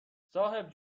صاحب